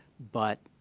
but